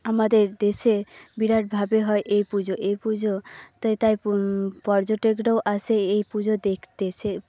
আমাদের দেশে বিরাটভাবে হয় এই পুজো এই পুজো তে তাই পর্যটকরাও আসে এই পুজো দেখতে সে